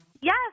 Yes